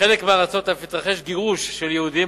בחלק מהארצות אף התרחש גירוש של יהודים.